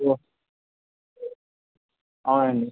అవునండి